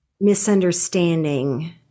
misunderstanding